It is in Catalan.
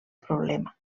problema